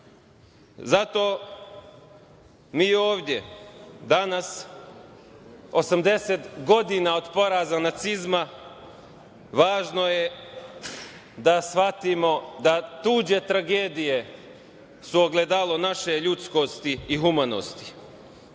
mi ovde danas, 80 godina od poraza nacizma, važno je da shvatimo da tuđe tragedije su ogledalo naše ljudskosti i humanosti. Istorija